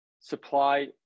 supply